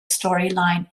storyline